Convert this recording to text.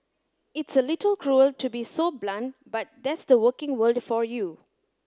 it's a little cruel to be so blunt but that's the working world for you